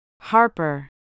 Harper